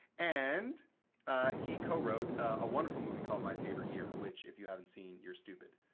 and he co-wrote a wonderful movie called my favorite year, which if you haven't seen, you're stupid.